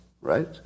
right